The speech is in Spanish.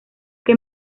que